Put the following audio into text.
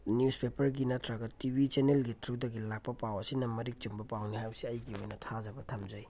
ꯅ꯭ꯌꯨꯖꯄꯦꯄꯔꯒꯤ ꯅꯠꯇ꯭ꯔꯒ T V ꯆꯦꯅꯦꯜꯒꯤ ꯊ꯭ꯔꯨꯗꯒꯤ ꯂꯥꯛꯄ ꯄꯥꯎ ꯑꯁꯤꯅ ꯃꯔꯤꯛ ꯆꯨꯝꯕ ꯄꯥꯎꯅꯤ ꯍꯥꯏꯕꯁꯤ ꯑꯩꯒꯤ ꯑꯣꯏꯅ ꯊꯥꯖꯕ ꯊꯝꯖꯩ